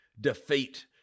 defeat